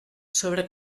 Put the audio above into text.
sobre